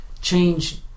Change